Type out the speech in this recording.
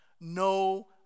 no